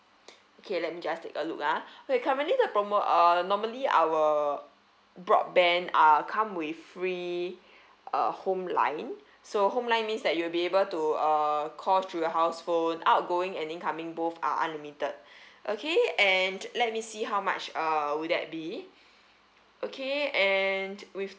K let me just take a look ah okay currently the promo uh normally our broadband uh come with free uh home line so home line means that you'll be able to uh call through the house phone outgoing and incoming both are unlimited okay and let me see how much uh will that be okay and with